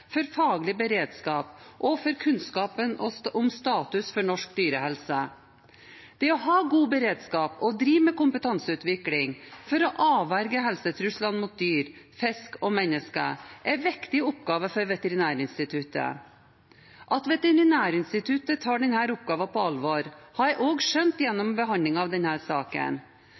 for faglig beredskap og for kunnskapen om status for norsk dyrehelse. Det å ha god beredskap og drive med kompetanseutvikling for å avverge helsetrusler mot dyr, fisk og mennesker er en viktig oppgave for Veterinærinstituttet. At Veterinærinstituttet tar denne oppgaven på alvor, har jeg også skjønt gjennom behandlingen av denne saken.